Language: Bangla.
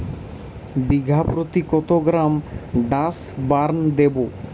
বিঘাপ্রতি কত গ্রাম ডাসবার্ন দেবো?